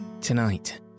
Tonight